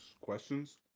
questions